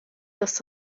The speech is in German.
das